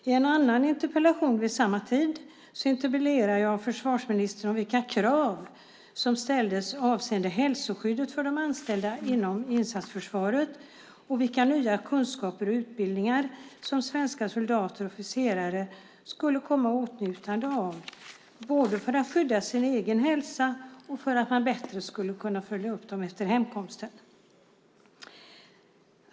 I en annan interpellation vid samma tid interpellerade jag försvarsministern om vilka krav som ställdes avseende hälsoskyddet för de anställda inom insatsförsvaret och vilka nya kunskaper och utbildningar som svenska soldater och officerare skulle komma i åtnjutande av både för att skydda sin egen hälsa och för att man bättre skulle kunna följa upp dem efter hemkomsten.